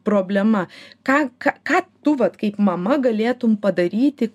problema ką ką tu vat kaip mama galėtum padaryti